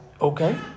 Okay